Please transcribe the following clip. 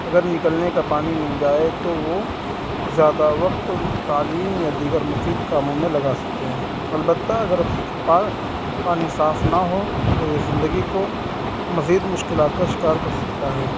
اگر نکلنے کا پانی مل جائے تو وہ زیادہ وقت تعلیم یا دیگر مفید کاموں میں لگا سکتے ہیں البتہ اگر پا پانی صاف نہ ہو تو یہ زندگی کو مزید مشکلات کا شکار کر سکتا ہے